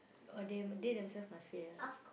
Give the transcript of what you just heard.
oh they they themselves must say ah